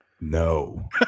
no